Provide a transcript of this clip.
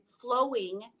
flowing